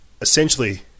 essentially